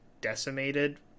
decimated